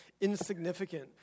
insignificant